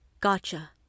Gotcha